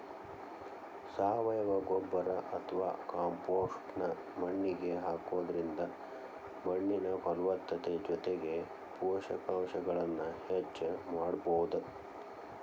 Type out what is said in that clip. ಸಾವಯವ ಗೊಬ್ಬರ ಅತ್ವಾ ಕಾಂಪೋಸ್ಟ್ ನ್ನ ಮಣ್ಣಿಗೆ ಹಾಕೋದ್ರಿಂದ ಮಣ್ಣಿನ ಫಲವತ್ತತೆ ಜೊತೆಗೆ ಪೋಷಕಾಂಶಗಳನ್ನ ಹೆಚ್ಚ ಮಾಡಬೋದು